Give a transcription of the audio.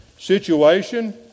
situation